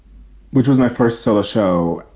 which was my first solo show,